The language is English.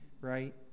right